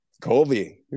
Colby